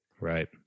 Right